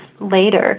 later